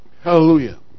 Hallelujah